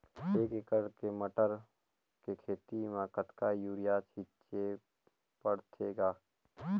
एक एकड़ मटर के खेती म कतका युरिया छीचे पढ़थे ग?